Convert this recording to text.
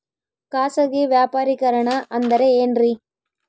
ಖಾಸಗಿ ವ್ಯಾಪಾರಿಕರಣ ಅಂದರೆ ಏನ್ರಿ?